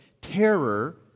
terror